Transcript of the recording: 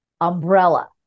umbrella